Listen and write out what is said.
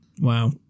Wow